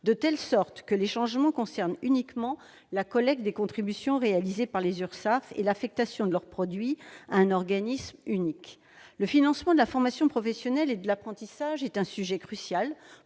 de telle sorte que les changements concernent uniquement la collecte des contributions réalisée par les URSSAF et l'affectation de leur produit à un organisme unique. Le financement de la formation professionnelle et de l'apprentissage est un sujet crucial